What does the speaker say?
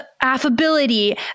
affability